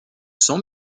sens